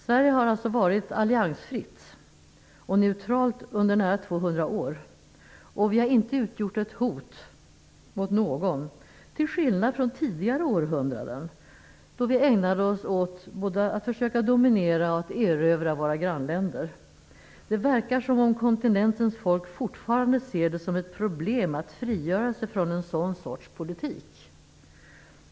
Sverige har varit alliansfritt och neutralt under nära tvåhundra år och inte utgjort ett hot mot någon, till skillnad från tidigare århundraden då vi ägnade oss åt både att försöka dominera och att erövra våra grannländer. Det verkar som om kontinentens folk fortfarande ser det som ett problem att frigöra sig från den sortens politik.